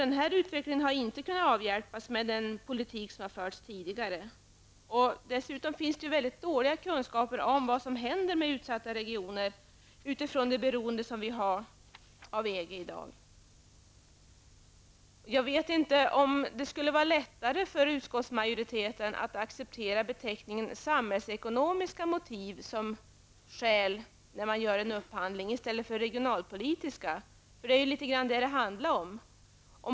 Denna utveckling har inte kunnat avhjälpas med den hittills förda regionalpolitiken. Dessutom är kunskaperna om vad som händer med utsatta regioner genom vårt beroende av EG mycket dåliga. Jag vet inte om det vore lättare för utskottsmajoriteten att acceptera beteckningen samhällsekonomiska motiv som skäl i stället för regionalpolitiska motiv när man gör en upphandling. Det är ju det som det handlar om.